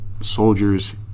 soldiers